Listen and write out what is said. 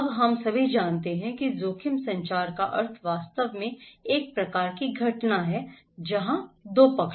अब हम सभी जानते हैं कि जोखिम संचार का अर्थ वास्तव में एक प्रकार की घटना है जहां दो पक्ष हैं